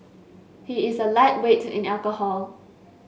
he is a lightweight in alcohol